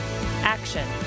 Action